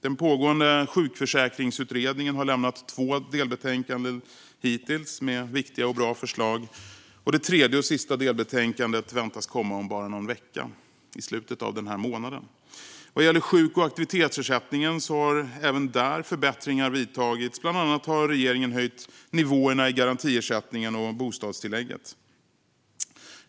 Den pågående Sjukförsäkringsutredningen har hittills lämnat två delbetänkanden med viktiga och bra förslag. Det tredje och sista delbetänkandet väntas komma om bara någon vecka, i slutet av den här månaden. Inom sjuk och aktivitetsersättningen har också vissa förbättringar gjorts. Bland annat har regeringen höjt nivåerna i garantiersättningen och bostadstillägget.